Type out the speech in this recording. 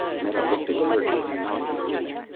meta looked at kerk and he nodded agreement.